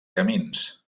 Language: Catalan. camins